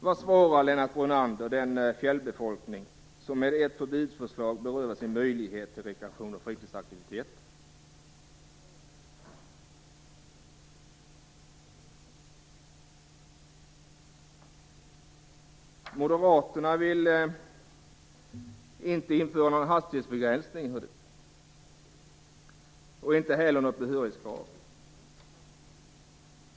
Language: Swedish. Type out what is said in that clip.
Vad svarar Lennart Brunander den fjällbefolkning som med Centerns förbudsförslag berövas sin möjlighet till rekreation och fritidsaktiviteter? Moderaterna vill inte införa hastighetsbegränsning eller behörighetskrav.